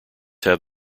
have